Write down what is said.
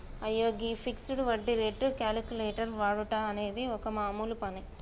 అయ్యో గీ ఫిక్సడ్ వడ్డీ రేటు క్యాలిక్యులేటర్ వాడుట అనేది ఒక మామూలు పని